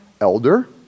elder